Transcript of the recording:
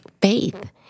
faith